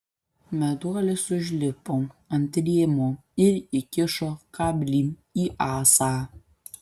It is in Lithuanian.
meduolis užlipo ant rėmo ir įkišo kablį į ąsą